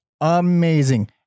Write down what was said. Amazing